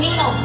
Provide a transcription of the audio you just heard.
no